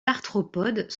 arthropodes